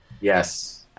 Yes